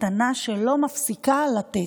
מתנה שלא מפסיקה לתת.